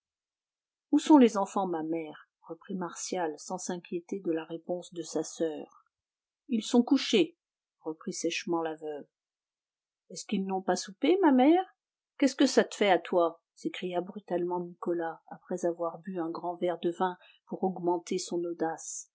où sont les enfants ma mère reprit martial sans s'inquiéter de la réponse de sa soeur ils sont couchés reprit sèchement la veuve est-ce qu'ils n'ont pas soupé ma mère qu'est-ce que ça te fait à toi s'écria brutalement nicolas après avoir bu un grand verre de vin pour augmenter son audace